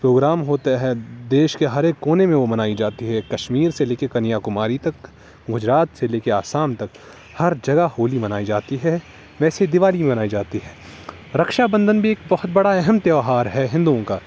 programme ہوتے ہیں دیش کے ہر ایک کونے میں وہ منائی جاتی ہے کشمیر سے لے کے کنیا کماری تک گجرات سے لے کے آسام تک ہر جگہ ہولی منائی جاتی ہے ویسے ہی دیوالی بھی منائی جاتی ہے رکھشا بندھن بھی ایک بہت بڑا اہم تہوار ہے ہندوؤں کا